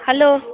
hello